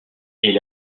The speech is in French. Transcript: est